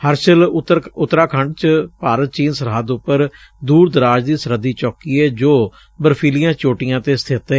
ਹਰਸਿਲ ਉਤਰਾਖੰਡ ਚ ਭਾਰਤ ਚੀਨ ਸਰਹੱਦ ਉਪਰ ਦੂਰ ਦਰਾਜ ਦੀ ਸਰਹੱਦੀ ਚੌਕੀ ਏ ਜੋ ਬਰਫੀਲੀਆਂ ਚੋਟੀਆਂ ਤੇ ਸਬਿਤ ਏ